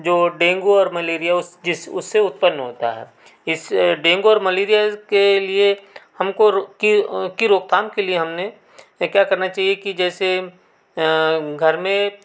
जो डेंगू और मलेरिया उस जिस उससे उत्पन्न होता है इस डेंगू और मलेरिया के लिए हमको कि रोकथाम के लिए हमने क्या करना चहिए कि जैसे घर में क्या